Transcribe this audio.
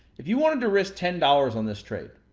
if you wanted to risk ten dollars on this trade,